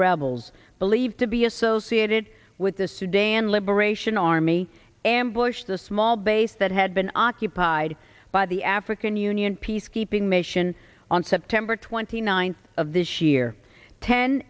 rebels believed to be associated with the sudan liberation army and bush the small base that had been occupied by the african union peacekeeping mission on september twenty ninth of this year ten